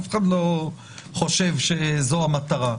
אף אחד לא חושב שזו המטרה.